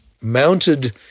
mounted